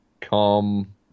come